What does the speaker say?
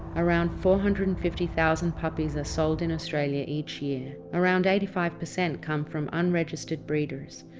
around four hundred and fifty thousand puppies are sold in australia each year. around eighty five percent come from unregistered breeders,